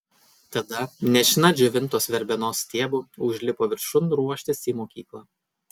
tada nešina džiovintos verbenos stiebu užlipo viršun ruoštis į mokyklą